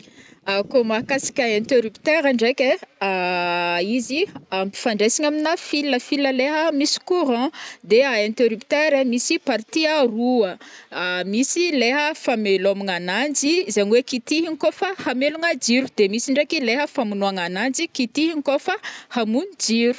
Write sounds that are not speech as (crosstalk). (hesitation) Ko mahakasika interrupteur ndraiky ai, (hesitation) izy ampifandraisigny amina fil- fil le a misy courant, de interrupteur misy partie aroa, (hesitation) misy leha famelomagna agnanjy, zegny oe kitihigna kô fa amelogna jiro, de misy ndraiky le famonoagnananjy kitihigna kô fa hamono jiro.